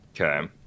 okay